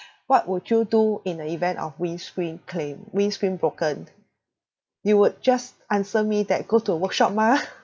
what would you do in the event of windscreen claim windscreen broken you would just answer me that go to a workshop mah